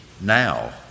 now